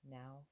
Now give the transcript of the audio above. now